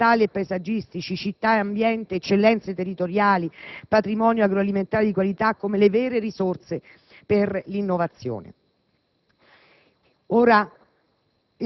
ambientali e paesaggistici, città e ambiente, eccellenze territoriali, patrimonio agroalimentare di qualità, come le vere risorse per l'innovazione.